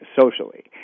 socially